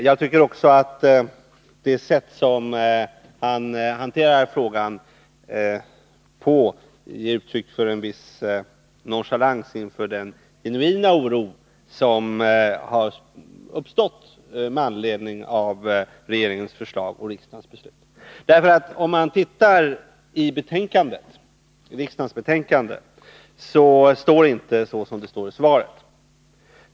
Jag tycker också att det sätt på vilket kommunikationsministern hanterar frågan ger intryck av en viss nonchalans inför den genuina oro som har uppstått med anledning av regeringens förslag och riksdagens beslut. I utskottsbetänkandet står det inte så som det står i svaret.